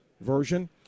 version